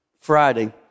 Friday